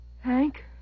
Hank